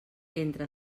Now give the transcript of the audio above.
entre